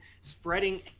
spreading